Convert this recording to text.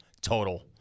total